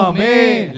Amen